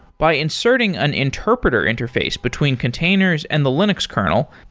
by inserting an interpreter interface between containers and the linux kernel,